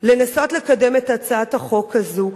לנסות לקדם את הצעת החוק הזאת,